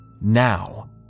now